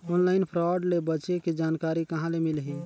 Online fraud ले बचे के जानकारी कहां ले मिलही?